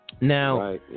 Now